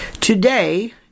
Today